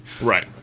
Right